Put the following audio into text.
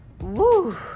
Woo